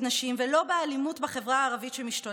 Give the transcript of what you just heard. נשים ולא באלימות שמשתוללת בחברה הערבית.